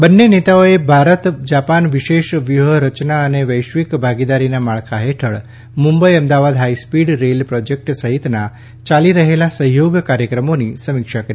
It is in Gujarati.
બંને નેતાઓએ ભારત જાપાન વિશેષ વ્યૂહરયના અને વૈશ્વિક ભાગીદારીના માળખા હેઠળ Mumbai Ahmedabad high speed rail project સહિતના યાલી રહેલા સહયોગ કાર્યક્રમોની સમીક્ષા કરી